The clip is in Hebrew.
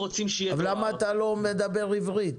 למה אתה לא מדבר עברית?